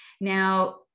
Now